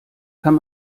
kann